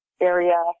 area